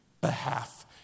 behalf